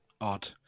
odd